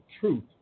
truth